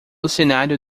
cenário